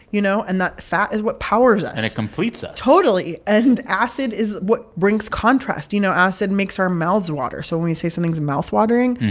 you know? and that fat is what powers us and it completes us totally. and acid is what brings contrast. you know, acid makes our mouths water. so when you say something's mouthwatering,